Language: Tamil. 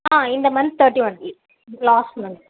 ஆ இந்த மந்த் தர்ட்டி ஒன் இ லாஸ்ட் மந்த்